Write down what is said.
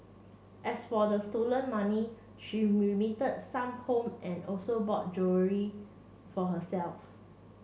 as for the stolen money she remitted some home and also bought for herself